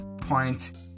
point